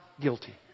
guilty